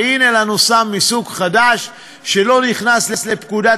והנה לנו סם מסוג חדש שלא נכנס לפקודת